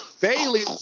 Bailey